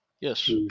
Yes